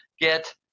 get